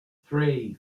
three